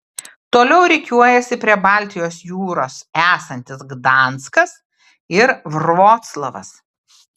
toliau rikiuojasi prie baltijos jūros esantis gdanskas ir vroclavas